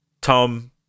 Tom